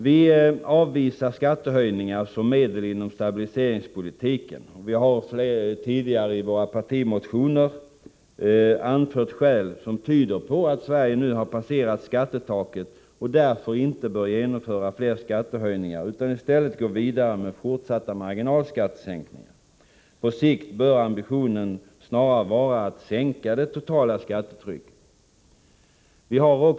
Vi avvisar skattehöjningar som medel inom stabiliseringspolitiken, och vi har tidigare i våra partimotioner anfört skäl som tyder på att Sverige nu har passerat skattetaket och därför inte bör genomföra fler skattehöjningar utan i stället gå vidare med fortsatta marginalskattesänkningar. På sikt bör ambitionen snarare vara att sänka det totala skattetrycket.